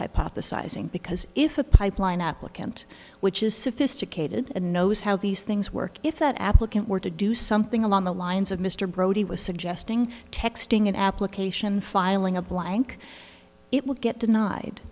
hypothesizing because if a pipeline applicant which is sophisticated and knows how these things work if that applicant were to do something along the lines of mr brody was suggesting texting an application filing a blank it would get denied